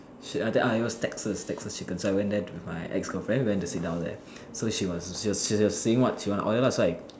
should I ah that are your Texas Texas chicken so I went there with my ex girlfriend we went to sit down there so she was she was saying what she want to order lah so I